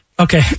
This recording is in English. Okay